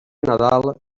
nadal